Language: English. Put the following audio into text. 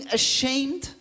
ashamed